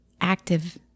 active